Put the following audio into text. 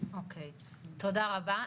תודה רבה.